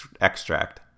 extract